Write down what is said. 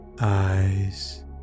eyes